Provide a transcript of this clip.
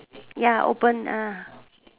ya open ah